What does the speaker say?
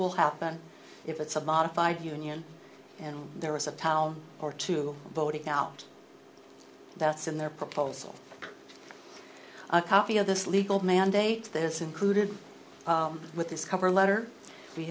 will happen if it's a modified union and there was a town or two voting out that's in their proposal a copy of this legal mandate this included with this cover letter we